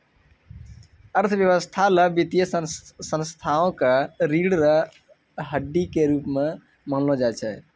अर्थव्यवस्था ल वित्तीय संस्थाओं क रीढ़ र हड्डी के रूप म मानलो जाय छै